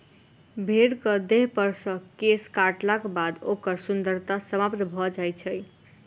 भेंड़क देहपर सॅ केश काटलाक बाद ओकर सुन्दरता समाप्त भ जाइत छै